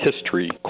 History